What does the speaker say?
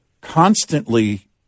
constantly